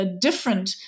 different